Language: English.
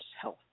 health